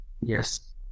yes